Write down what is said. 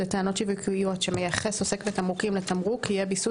לטענות שיווקיות שמייחס עוסק בתמרוקים לתמרוק יהיה ביסוס